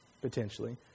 potentially